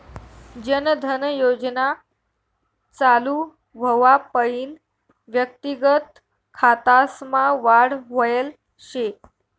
जन धन योजना चालू व्हवापईन व्यक्तिगत खातासमा वाढ व्हयल शे